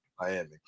Miami